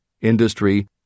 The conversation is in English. industry